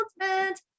announcement